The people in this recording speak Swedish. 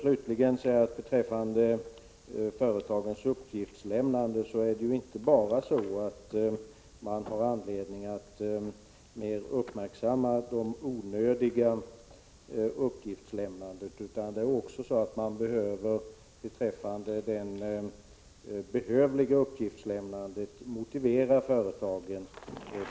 Slutligen har man beträffande företagens uppgiftslämnande inte bara anledning att mer uppmärksamma det onödiga uppgiftslämnandet, utan man behöver också motivera företagen på ett bättre sätt när det gäller det behövliga uppgiftslämnandet.